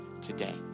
today